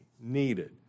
needed